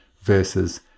versus